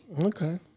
Okay